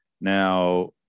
now